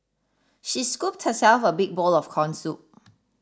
she scooped herself a big bowl of Corn Soup